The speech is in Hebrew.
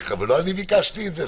ולא אני ביקשתי את זה.